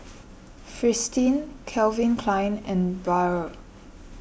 Fristine Calvin Klein and Biore